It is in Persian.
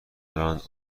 دارند